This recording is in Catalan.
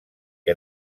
que